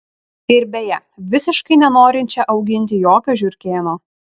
ir beje visiškai nenorinčią auginti jokio žiurkėno